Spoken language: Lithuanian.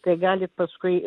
tai galit paskui